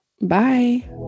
Bye